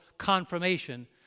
confirmation